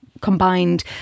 combined